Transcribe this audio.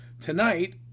tonight